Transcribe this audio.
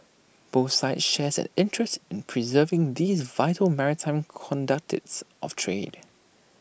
both sides shares an interest in preserving these vital maritime conduct its of trade